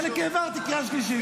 חלק העברתי קריאה שלישית.